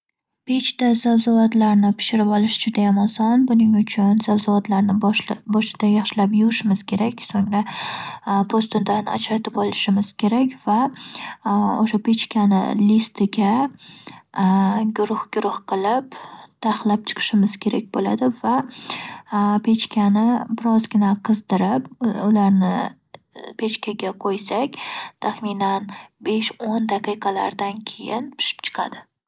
Kuri sousini tayyorlashimiz uchun, dastlab yog'ni qizdirib olishimiz kerak o'rtacha olovda. Keyin mayda to'g'ralgan piyozni qo'shib, taxminan besh daqiqa davomida yumshoq holatga kelguncha qovurish kerak. So'ngra, sarimsoq va maydalangan zanjabilni qo'shib yana bir-ikki daqiqa davomida qovurish kerak. Kuri kukuni, zira va boshqa masalliqlarni aralashtirib, o'ttiz soniya yoki bir daqiqa davomida ularni aralashtirish kerak. Undan tashqari suyuq masalliqlarni ham qo'shsak bo'ladi. Misol uchun, pamidor pastasini qo'shsak bo'ladi yoki kokos sutini yoki bulonni qo'shib aralashtirishimiz kerak. Sousni yumshoq qaynatishi-qaynatib olishimiz kerak o'n-o'n besh daqiqa davomida vaqti-vaqti bilan aralashtirib turishimiz kerak va oxirda birozgina suv qo'shsak, kerakli sousimiz tayyor bo'ladi.